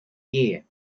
year